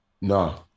No